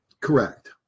Correct